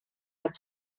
had